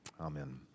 Amen